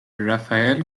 rafael